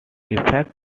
effects